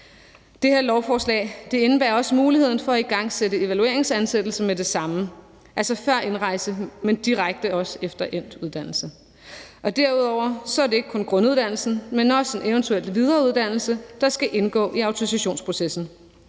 Det her lovforslag indebærer også muligheden for at igangsætte evalueringsansættelse med det samme, altså før indrejse, men også direkte efter endt uddannelse. Derudover er det ikke kun grunduddannelsen, men også en eventuel videreuddannelse, der skal indgå i autorisationsprocessen